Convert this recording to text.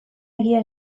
egia